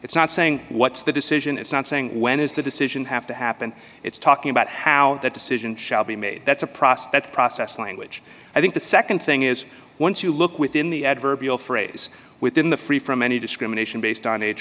it's not saying what's the decision it's not saying when is the decision have to happen it's talking about how that decision shall be made that's a process that process language i think the nd thing is once you look within the adverbial phrase within the free from any discrimination based on age